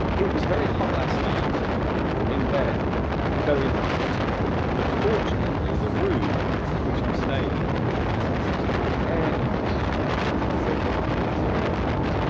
it was very hot last night in bed very hot but fortunately the room in which i'm staying has beautiful air-conditioning so everything is alright